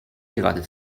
gerade